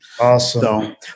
Awesome